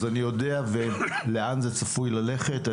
אז אני יודע לאן זה צפוי ללכת.